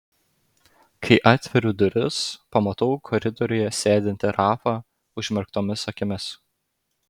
kai atveriu duris pamatau koridoriuje sėdintį rafą užmerktomis akimis